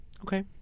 Okay